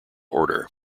order